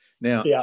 now